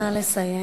נא לסיים.